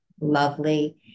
lovely